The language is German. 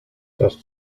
das